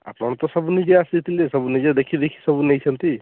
ଆପଣ ତ ସବୁ ନିଜେ ଆସିଥିଲେ ସବୁ ନିଜେ ଦେଖିଦେଖି ସବୁ ନେଇଛନ୍ତି